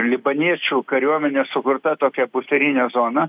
libaniečių kariuomenės sukurta tokia buferinė zona